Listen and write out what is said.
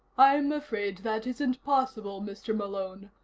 i'm afraid that isn't possible, mr. malone.